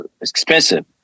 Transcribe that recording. expensive